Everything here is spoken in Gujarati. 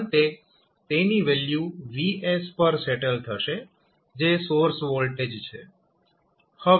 અંતે તેની વેલ્યુ Vs પર સેટલ થશે જે સોર્સ વોલ્ટેજ છે